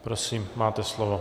Prosím, máte slovo.